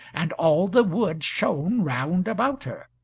and all the wood shone round about her.